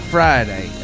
Friday